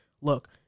Look